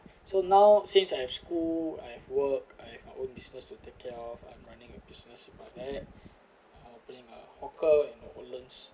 so now since I have school I have work I have my own business to take care of I'm running a business with my app I will playing my poker in the woodlands